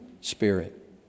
spirit